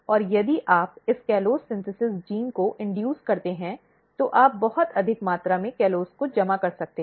और यदि आप इस कॉलस सिंथेस जीन को इन्दुस करते हैं तो आप बहुत अधिक मात्रा में कॉलोज को जमा कर सकते हैं